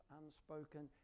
unspoken